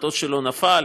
המטוס שלו נפל.